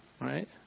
Right